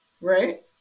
Right